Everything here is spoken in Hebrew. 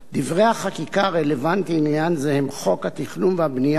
דברי החקיקה הרלוונטיים לעניין זה הם חוק התכנון והבנייה,